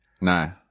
No